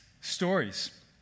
stories